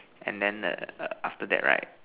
and then err after that right